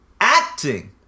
acting